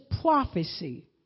prophecy